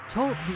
Talk